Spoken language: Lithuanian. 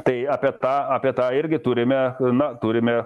tai apie tą apie tai irgi turime na turime